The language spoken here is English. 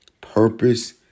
Purpose